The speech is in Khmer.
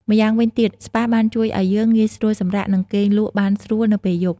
ម្យ៉ាងវិញទៀត ស្ប៉ាបានជួយឱ្យយើងងាយស្រួលសម្រាក និងគេងលក់បានស្រួលនៅពេលយប់។